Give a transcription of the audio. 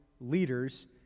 leaders